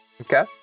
Okay